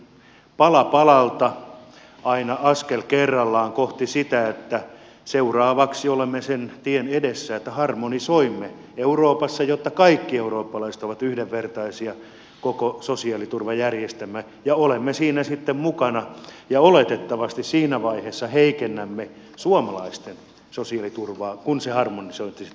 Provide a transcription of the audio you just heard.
pala palalta aina askel kerrallaan kohti sitä että seuraavaksi olemme sen tien edessä että harmonisoimme euroopassa koko sosiaaliturvajärjestelmän jotta kaikki eurooppalaiset ovat yhdenvertaisia ja olemme siinä sitten mukana ja oletettavasti heikennämme suomalaisten sosiaaliturvaa siinä vaiheessa kun se harmonisointi sitten tehdään